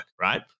right